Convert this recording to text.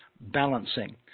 balancing